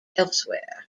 elsewhere